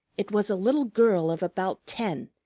it was a little girl of about ten,